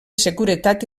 seguretat